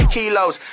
Kilos